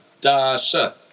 Dasha